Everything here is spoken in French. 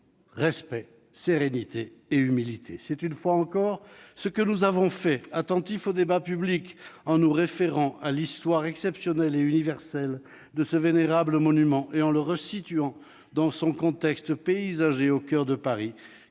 respect, sérénité et humilité. C'est, une fois encore, ce que nous avons fait, attentifs au débat public, en nous référant à l'histoire exceptionnelle et universelle de ce vénérable monument et en le resituant dans son contexte paysager au coeur de Paris,